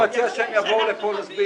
אני מציע שהם יבואו לפה להסביר.